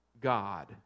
God